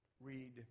Read